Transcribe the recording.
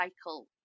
cycle